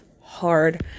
hard